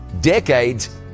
decades